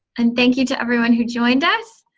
and thank you to everyone who joined us.